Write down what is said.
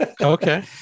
Okay